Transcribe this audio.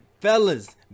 fellas